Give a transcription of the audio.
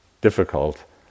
difficult